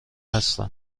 هستم